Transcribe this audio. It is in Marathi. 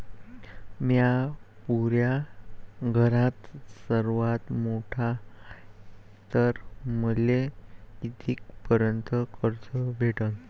म्या पुऱ्या घरात सर्वांत मोठा हाय तर मले किती पर्यंत कर्ज भेटन?